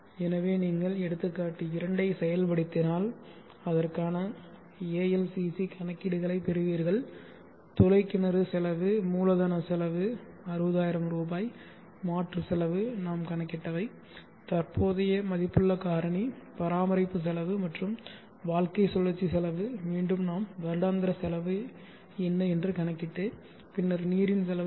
எனவே நீங்கள் எடுத்துக்காட்டு 2 ஐ செயல்படுத்தினால் அதற்கான ALCC கணக்கீடுகளைப் பெறுவீர்கள் துளை கிணறு செலவு மூலதன செலவு 60000 மாற்று செலவு நாம் கணக்கிட்டவை தற்போதைய மதிப்புள்ள காரணி பராமரிப்பு செலவு மற்றும் வாழ்க்கைச் சுழற்சி செலவு மீண்டும் நாம் வருடாந்திர செலவு என்ன என்று கணக்கிட்டு பின்னர் நீரின் செலவு ரூ